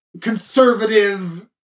conservative